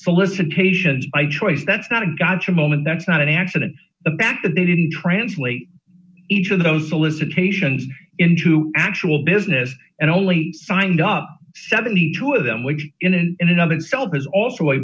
solicitations by choice that's not a gotcha moment that's not an accident the back and they didn't translate each of those solicitations into actual business and only signed up seventy two of them which in an in another insult has also